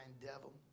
devil